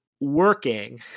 working